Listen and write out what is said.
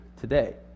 today